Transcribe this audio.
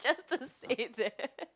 just don't say that